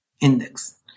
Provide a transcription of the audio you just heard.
index